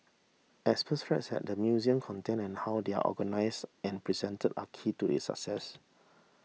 experts stressed that the museum content and how they are organised and presented are key to its success